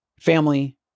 family